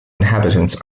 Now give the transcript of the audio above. inhabitants